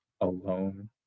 alone